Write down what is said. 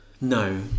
No